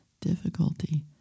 difficulty